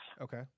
Okay